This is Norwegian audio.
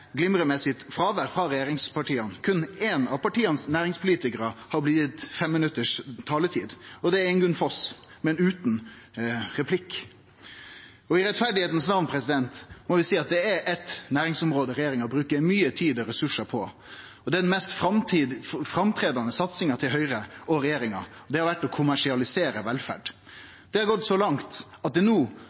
same: Næringspolitikarane frå regjeringspartia glimrar med sitt fråvær. Berre éin av næringspolitikarane frå regjeringspartia er gitt fem minutts taletid – det er Ingunn Foss – men utan replikk. For å vere rettferdig må eg seie at det er eitt næringsområde regjeringa bruker mykje tid og ressursar på, og det er den mest framståande satsinga til Høgre og regjeringa. Det er å kommersialisere velferd. Det har gått så langt at det no